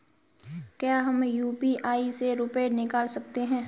क्या हम यू.पी.आई से रुपये निकाल सकते हैं?